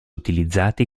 utilizzati